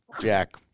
Jack